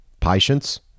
patience